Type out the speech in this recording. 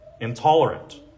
intolerant